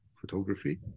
photography